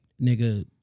nigga